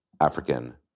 African